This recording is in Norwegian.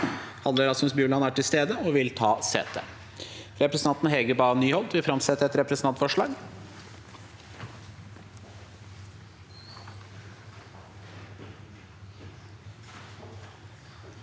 Hadle Rasmus Bjuland er til stede og vil ta sete. Representanten Hege Bae Nyholt vil framsette et representantforslag.